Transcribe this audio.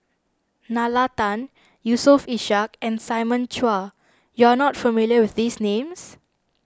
Nalla Tan Yusof Ishak and Simon Chua you are not familiar with these names